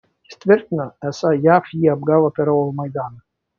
jis tvirtino esą jav jį apgavo per euromaidaną